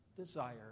desire